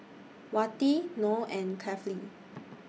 Wati Noh and Kefli